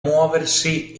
muoversi